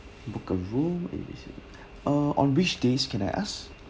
book a room A B C uh on which days can I ask